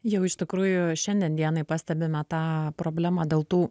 jau iš tikrųjų šiandien dienai pastebime tą problemą dėl tų